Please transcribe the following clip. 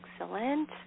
Excellent